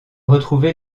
retrouver